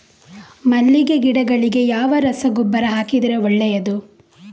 ಮಲ್ಲಿಗೆ ಗಿಡಗಳಿಗೆ ಯಾವ ರಸಗೊಬ್ಬರ ಹಾಕಿದರೆ ಒಳ್ಳೆಯದು?